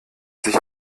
sich